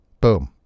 Boom